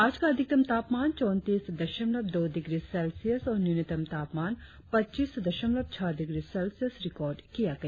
आज का अधिकतम तापमान चौतीस दशमलव दो डिग्री सेल्सियस और न्यूनतम तापमान पच्चीस दशमलव छह डिग्री सेल्सियस रिकार्ड किया गया